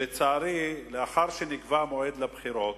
לצערי לאחר שנקבע מועד לבחירות,